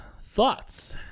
thoughts